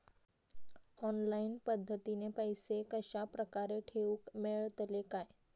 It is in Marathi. ऑनलाइन पद्धतीन पैसे कश्या प्रकारे ठेऊक मेळतले काय?